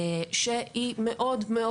שהיא חשובה מאוד.